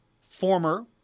former